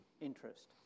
interest